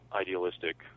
idealistic